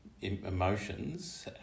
emotions